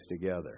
together